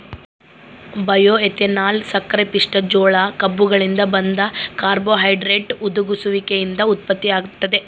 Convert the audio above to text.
bioethanol ಸಕ್ಕರೆಪಿಷ್ಟ ಜೋಳ ಕಬ್ಬುಗಳಿಂದ ಬಂದ ಕಾರ್ಬೋಹೈಡ್ರೇಟ್ ಹುದುಗುಸುವಿಕೆಯಿಂದ ಉತ್ಪತ್ತಿಯಾಗ್ತದ